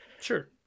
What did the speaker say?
Sure